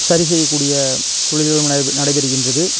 சரி செய்யக் கூடிய தொழில்களும் நடை நடைபெறுகின்றது